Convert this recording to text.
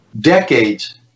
decades